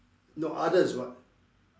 no other is what